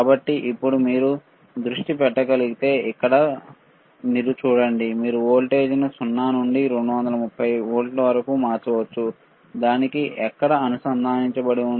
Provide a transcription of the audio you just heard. కాబట్టి ఇప్పుడు మీరు దృష్టి పెట్టగలిగితే ఇక్కడ మీరు చూడండి మీరు వోల్టేజ్ను 0 నుండి 230 వోల్ట్లకు మార్చవచ్చు దానికి ఎక్కడ అనుసంధానించబడి ఉంది